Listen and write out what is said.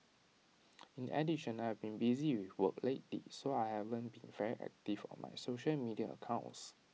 in addition I've been busy with work lately so I haven't been very active on my social media accounts